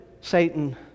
Satan